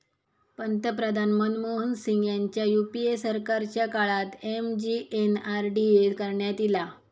पंतप्रधान मनमोहन सिंग ह्यांच्या यूपीए सरकारच्या काळात एम.जी.एन.आर.डी.ए करण्यात ईला